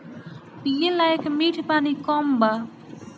पिए लायक मीठ पानी कम बा